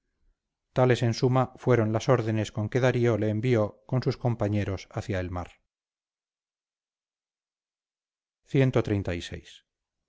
tales en suma fueron las órdenes con que darío le envió con sus compañeros hacia el mar cxxxvi habiendo pues